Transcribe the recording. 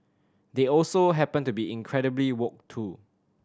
they also happen to be incredibly woke too